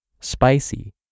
spicy